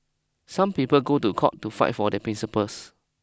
some people go to court to fight for their principles